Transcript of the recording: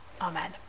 Amen